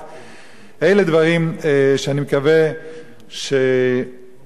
אלה דברים שאני מקווה ששומר ישראל,